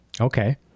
Okay